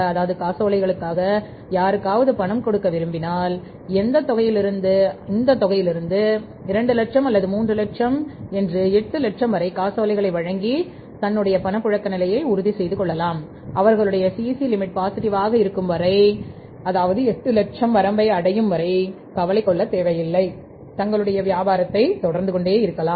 அதேபோல CC limit இருக்கும் வரை அதாவது எட்டு லட்சம் வரம்பை அடையும்வரை கவலை கொள்ளாமல் தங்களுடைய வியாபாரத்தை தொடரலாம்